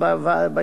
בישיבה.